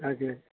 હાજી હાજી